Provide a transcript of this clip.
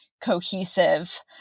cohesive